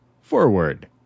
forward